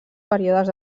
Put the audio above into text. períodes